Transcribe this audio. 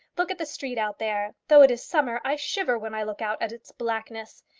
look at the street out there. though it is summer, i shiver when i look out at its blackness.